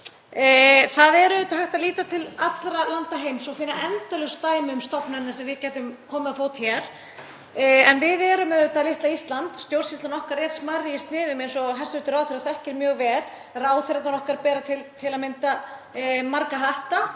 Það er hægt að líta til allra landa heims og finna endalaus dæmi um stofnanir sem við gætum komið á fót hér en við erum auðvitað litla Ísland. Stjórnsýslan okkar er smærri í sniðum eins og hæstv. ráðherra þekkir mjög vel. Ráðherrarnir okkar bera til að mynda marga hatta